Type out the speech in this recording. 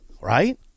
right